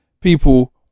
people